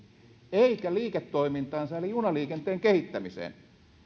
eikä liiketoimintaansa eli junaliikenteen kehittämiseen